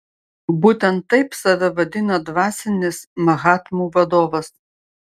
būtent taip save vadina dvasinis mahatmų vadovas